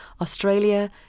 Australia